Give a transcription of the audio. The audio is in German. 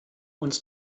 uns